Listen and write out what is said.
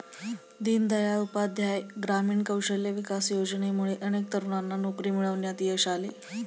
दीनदयाळ उपाध्याय ग्रामीण कौशल्य विकास योजनेमुळे अनेक तरुणांना नोकरी मिळवण्यात यश आले